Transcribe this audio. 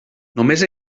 només